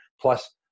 Plus